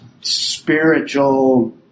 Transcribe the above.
spiritual